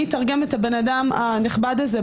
אני אתרגם את האדם הנכבד הזה,